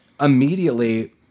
immediately